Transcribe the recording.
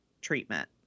treatment